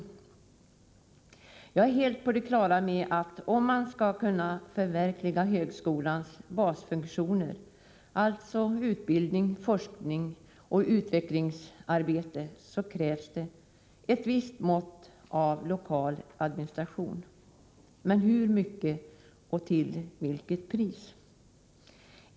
Jag är helt på det klara med att om man skall kunna upprätthålla högskolans basfunktioner — alltså utbildning, forskning och utvecklingsarbete— krävs ett visst mått av lokal administration. Men frågan är hur mycket och till vilket pris.